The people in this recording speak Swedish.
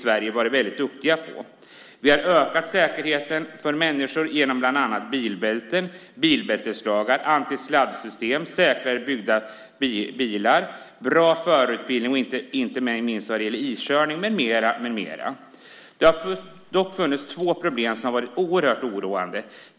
Vi har ökat säkerheten för människor genom bland annat bilbälten, bilbälteslagar, antisladdsystem, säkrare byggda bilar och bra förarutbildning, inte minst när det gäller iskörning. Det har dock funnits två problem som har varit oerhört oroande.